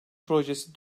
projesi